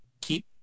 keep